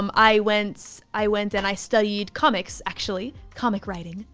um i went i went and i studied comics, actually comic writing.